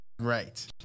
Right